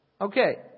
Okay